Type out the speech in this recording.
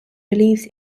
believes